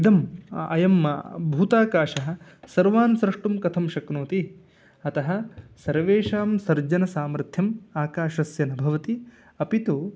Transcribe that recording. इदम् अयं भूताकाशः सर्वान् स्रष्टुं कथं शक्नोति अतः सर्वेषां सर्जनं सामर्थ्यम् आकाशस्य न भवति अपि तु